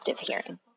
hearing